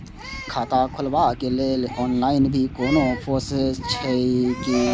खाता खोलाबक लेल ऑनलाईन भी कोनो प्रोसेस छै की?